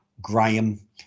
Graham